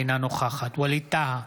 אינה נוכחת ווליד טאהא,